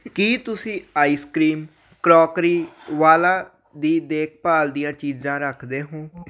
ਕੀ ਤੁਸੀਂ ice cream crockery ਵਾਲਾਂ ਦੀ ਦੇਖਭਾਲ ਦੀਆਂ ਚੀਜ਼ਾਂ ਰੱਖਦੇ ਹੋ